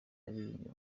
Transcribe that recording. aririmbye